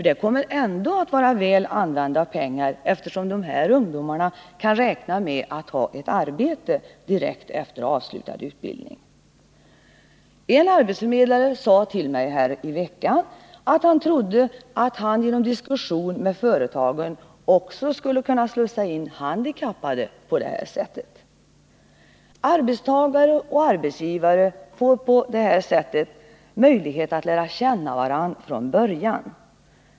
Det kommer ändå att vara väl använda pengar, eftersom dessa ungdomar kan räkna med att ha ett arbete direkt efter avslutad utbildning. En arbetsförmedlare sade till mig i veckan att han trodde att han genom diskussion med företagen också skulle kunna slussa in handikappade på detta sätt. Arbetstagare och arbetsgivare får på detta sätt möjlighet att lära känna varandra från början.